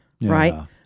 Right